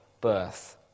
birth